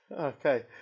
Okay